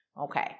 Okay